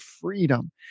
freedom